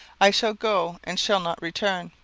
i shall go and shall not return.